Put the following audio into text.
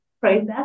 process